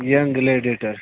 young لیٚڈِٹر